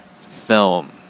film